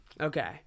Okay